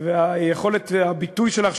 ויכולת הביטוי שלך,